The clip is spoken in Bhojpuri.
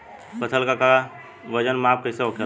फसल का वजन माप कैसे होखेला?